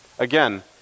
Again